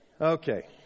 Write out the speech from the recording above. Okay